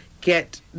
get